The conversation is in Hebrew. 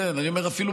הצעת החוק הראשונה שלו.